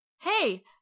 Hey